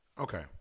Okay